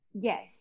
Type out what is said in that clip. Yes